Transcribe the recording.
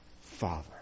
Father